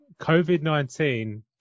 COVID-19